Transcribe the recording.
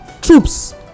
Troops